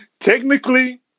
Technically